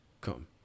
Come